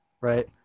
Right